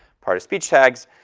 part of speech tags.